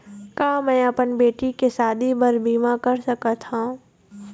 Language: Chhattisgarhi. का मैं अपन बेटी के शादी बर बीमा कर सकत हव?